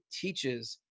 teaches